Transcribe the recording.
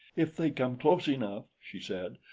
if they come close enough, she said,